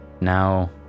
now